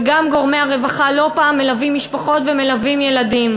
וגם גורמי הרווחה לא פעם מלווים משפחות ומלווים ילדים.